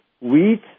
wheat